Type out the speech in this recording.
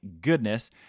goodness